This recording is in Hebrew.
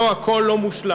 לא, הכול לא מושלם.